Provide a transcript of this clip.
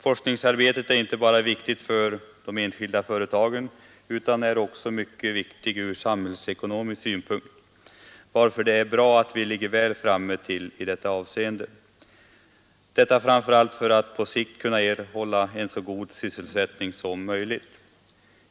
Forskningsarbetet är viktigt inte bara för de enskilda företagen. Också från samhällsekonomisk synpunkt är det bra att vi ligger väl framme i detta avseende, framför allt för att vi på sikt skall kunna upprätthålla en så god sysselsättning som möjligt.